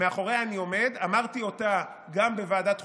מאחוריה אני עומד, ואמרתי אותה גם בוועדת החוקה.